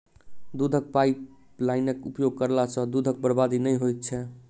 दूधक पाइपलाइनक उपयोग करला सॅ दूधक बर्बादी नै होइत छै